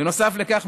בנוסף לכך,